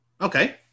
Okay